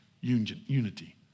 unity